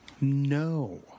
No